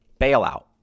Bailout